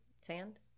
Sand